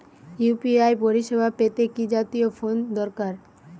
UPI পরিসেবা পেতে কি জাতীয় ফোন দরকার?